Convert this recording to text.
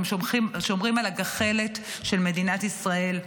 הם שומרים על הגחלת של מדינת ישראל,